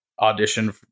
audition